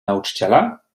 nauczyciela